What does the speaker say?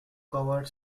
covered